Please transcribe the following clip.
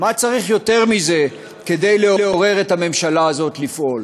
מה צריך יותר מזה כדי לעורר את הממשלה הזאת לפעול?